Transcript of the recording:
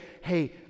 hey